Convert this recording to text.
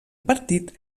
partit